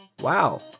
wow